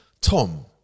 Tom